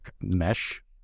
mesh